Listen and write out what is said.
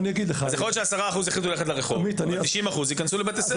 יכול להיות ש-10% יחליטו ללכת לרחוב אבל 90% ייכנסו לבית הספר.